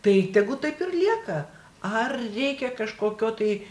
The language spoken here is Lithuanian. tai tegu taip ir lieka ar reikia kažkokio tai